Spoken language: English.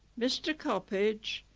mr coppage,